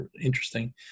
interesting